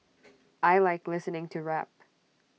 I Like listening to rap